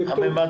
"המימד